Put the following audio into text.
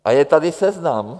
A je tady seznam.